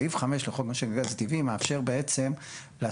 סעיף 5 לחוק משק הגז הטבעי מאפשר בעצם לשר,